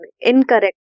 incorrect